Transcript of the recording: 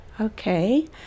Okay